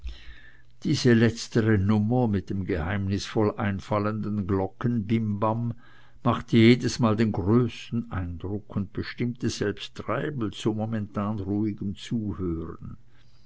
diese letztere nummer mit dem geheimnisvoll einfallenden glockenbimbam machte jedesmal den größten eindruck und bestimmte selbst treibel zu momentan ruhigem zuhören